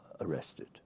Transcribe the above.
arrested